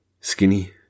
skinny